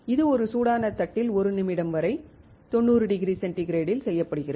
இது ஒரு சூடான தட்டில் 1 நிமிடம் வரை 90 டிகிரி சென்டிகிரேடில் செய்யப்படுகிறது